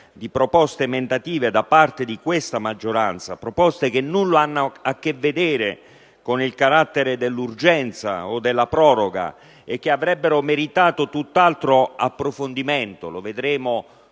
di proposte emendative da parte di questa maggioranza (che nulla hanno a che vedere con il carattere dell'urgenza o della proroga e che avrebbero meritato tutt'altro approfondimento, e lo vedremo